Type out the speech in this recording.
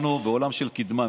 בגדול אנחנו בעולם של קדמה,